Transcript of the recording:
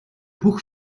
бүх